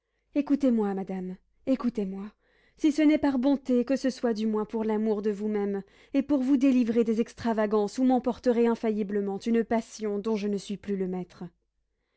écoutez-moi madame écoutez-moi si ce n'est par bonté que ce soit du moins pour l'amour de vous-même et pour vous délivrer des extravagances où m'emporterait infailliblement une passion dont je ne suis plus le maître